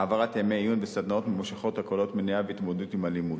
העברת ימי עיון וסדנאות ממושכות הכוללות מניעה והתמודדות עם אלימות.